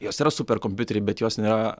jos yra superkompiuteriai bet jos nėra